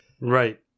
Right